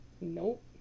Nope